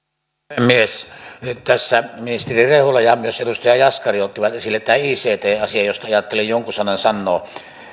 puhemies nyt tässä ministeri rehula ja myös edustaja jaskari ottivat esille tämän ict asian josta ajattelin jonkun sanan sanoa